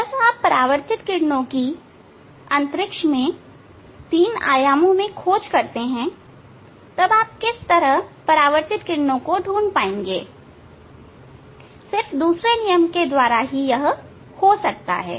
जब आप परावर्तित किरणों की अंतरिक्ष में तीन आयामों में खोज करते हैं तब आप किस तरह परावर्तित किरणों को ढूंढ पाएंगे सिर्फ दूसरे नियम के द्वारा ही यह हो सकता है